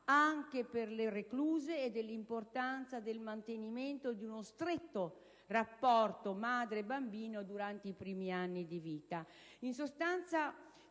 anche per le recluse e dell'importanza del mantenimento di uno stretto rapporto madre-bambino durante i primi anni di vita.